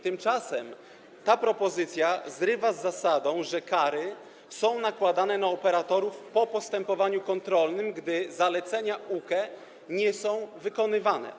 Tymczasem ta propozycja zrywa z zasadą, że kary są nakładane na operatorów po postępowaniu kontrolnym, gdy zalecenia UKE nie są wykonywane.